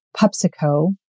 PepsiCo